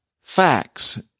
facts